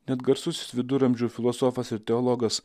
net garsusis viduramžių filosofas ir teologas